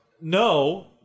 No